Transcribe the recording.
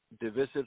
divisive